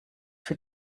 für